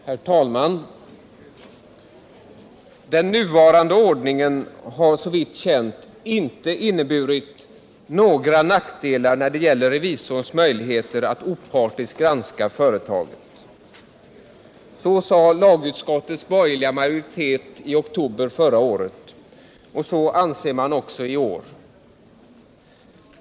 Herr talman! ”Den nuvarande ordningen har såvitt känt inte inneburit några nackdelar när det gäller revisorns möjligheter att opartiskt granska företaget.” Så skrev lagutskottets borgerliga majoritet i oktober förra året, och så anser man också i år.